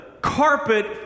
carpet